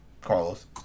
Carlos